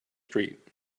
street